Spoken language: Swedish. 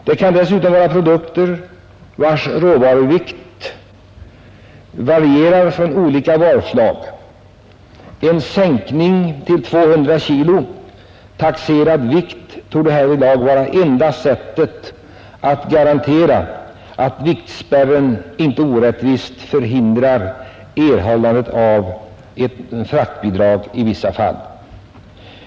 Det kan dessutom vara produkter vilkas råvaruvikt varierar för olika varuslag. En sänkning till 200 kg taxerad vikt torde härvidlag vara enda sättet att garantera att viktspärren inte orättvist förhindrar erhållande av ett fraktbidrag i vissa fall.